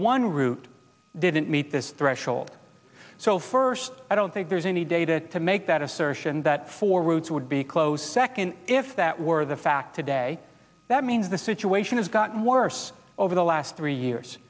one root didn't meet this threshold so first i don't think there's any data to make that assertion that four routes would be close second if that were the fact today that means the situation has gotten worse over the last three years